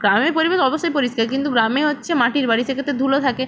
গ্রামের পরিবেশ অবশ্যই পরিষ্কার কিন্তু গ্রামে হচ্ছে মাটির বাড়ি সেক্ষেত্রে ধুলো থাকে